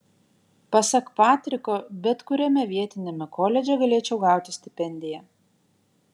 pasak patriko bet kuriame vietiniame koledže galėčiau gauti stipendiją